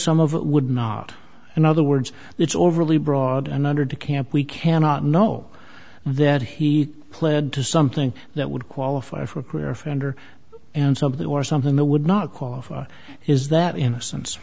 some of it would not in other words it's overly broad and under to camp we cannot know that he pled to something that would qualify for a career offender and something or something that would not qualify is that innocence